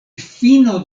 fino